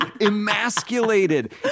emasculated